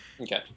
okay